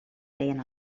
deien